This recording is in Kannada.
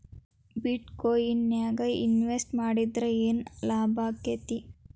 ಬಿಟ್ ಕೊಇನ್ ನ್ಯಾಗ್ ಇನ್ವೆಸ್ಟ್ ಮಾಡಿದ್ರ ಯೆನ್ ಲಾಭಾಕ್ಕೆತಿ?